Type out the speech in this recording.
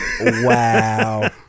Wow